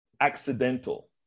accidental